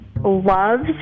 loves